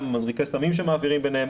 גם מזריקי סמים שמעבירים ביניהם.